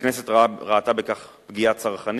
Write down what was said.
הכנסת ראתה בכך פגיעה צרכנית,